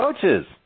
coaches